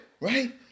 right